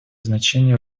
значение